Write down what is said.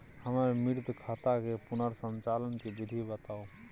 हमर मृत खाता के पुनर संचालन के विधी बताउ?